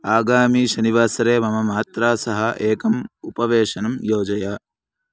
आगामि शनिवासरे मम मात्रा सह एकम् उपवेशनं योजय